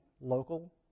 local